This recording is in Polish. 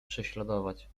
prześladować